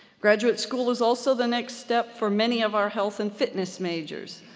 graduate school is also the next step for many of our health and fitness majors.